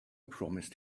promised